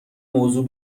موضوع